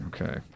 Okay